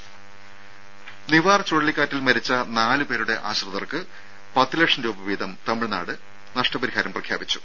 രുമ നിവാർ ചുഴലിക്കാറ്റിൽ മരിച്ച നാലുപേരുടെ ആശ്രിതർക്ക് പത്ത് ലക്ഷം രൂപ വീതം തമിഴ്നാട് നഷ്ടപരിഹാരം പ്രഖ്യാപിച്ചു